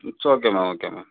it's okay மா okay மா